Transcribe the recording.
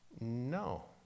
no